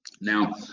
Now